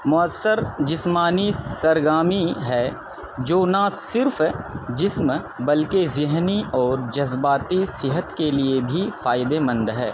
مؤثر جسمانی سرگرمی ہے جو نہ صرف جسم بلکہ ذہنی اور جذباتی صحت کے لیے بھی فائدے مند ہے